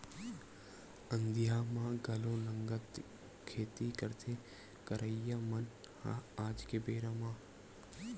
अंधिया म घलो नंगत खेती करथे करइया मन ह आज के बेरा म